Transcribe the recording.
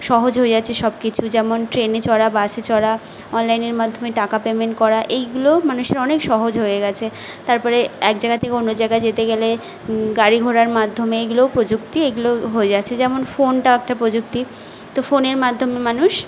সহজ হয়ে যাচ্ছে সব কিছু যেমন ট্রেনে চড়া বাসে চড়া অনলাইনের মাধ্যমে টাকা পেমেন্ট করা এইগুলো মানুষের অনেক সহজ হয়ে গিয়েছে তারপরে এক জায়গা থেকে অন্য জায়গায় যেতে গেলে গাড়ি ঘোড়ার মাধ্যমে এগুলোও প্রযুক্তি এগুলো হয়ে যাচ্ছে যেমন ফোনটাও একটা প্রযুক্তি তো ফোনের মাধ্যমে মানুষ